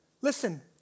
Listen